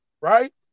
right